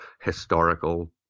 historical